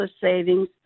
savings